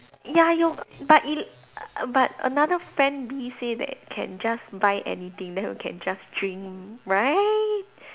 ya your but y~ but another friend B say that can just buy anything then can just drink right